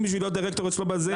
טפלו בזה שגם רשויות מקומיות,